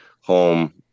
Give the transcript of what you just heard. home